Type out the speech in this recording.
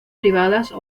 privadas